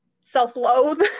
self-loathe